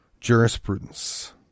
jurisprudence